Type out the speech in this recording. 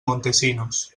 montesinos